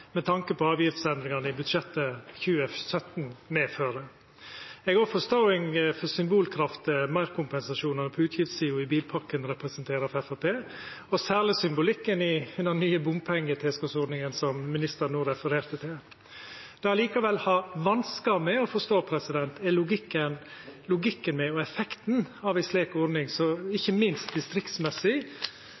med tanke på avgiftsendringane som budsjettet for 2017 medfører. Eg har òg forståing for symbolkrafta meirkompensasjonane på utgiftssida i bilpakka representerer for Framstegspartiet, særleg symbolikken i den nye bompengetilskotsordninga som ministeren no refererte til. Det eg likevel har vanskar med å forstå, er logikken med og effekten av ei slik ordning, ikkje minst